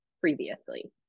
previously